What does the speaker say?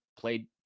played